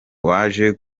waje